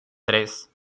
tres